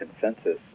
consensus